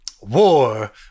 War